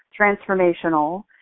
transformational